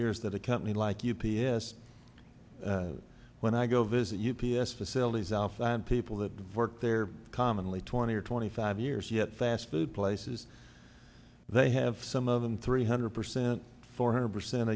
years that a company like u p s when i go visit u p s facilities out people that work there are commonly twenty or twenty five years yet fast food places they have some of them three hundred percent four hundred percent a